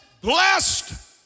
blessed